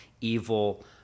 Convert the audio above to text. evil